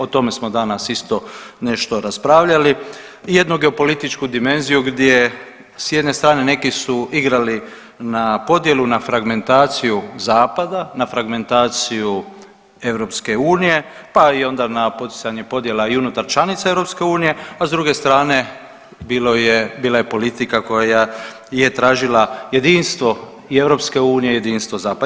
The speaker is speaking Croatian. O tome smo danas isto nešto raspravljali, jednu geopolitičku dimenziju gdje s jedne strane neki su igrali na podjelu, na fragmentaciju zapada, na fragmentaciju EU, pa i onda poticanje podjela i unutar članica EU, a s druge strane bila je politika koja je tražila jedinstvo i EU i jedinstvo zapada.